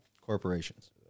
corporations